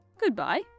Goodbye